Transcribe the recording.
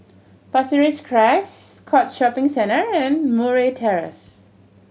Pasir Ris Crest Scotts Shopping Centre and Murray Terrace